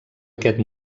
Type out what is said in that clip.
aquest